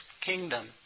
kingdom